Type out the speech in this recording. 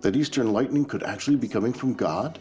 that eastern lightning could actually be coming from god